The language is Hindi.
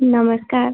नमस्कार